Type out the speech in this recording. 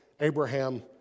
Abraham